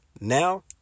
now